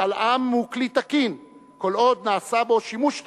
משאל עם הוא כלי תקין כל עוד נעשה בו שימוש תקין,